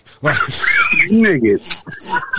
Niggas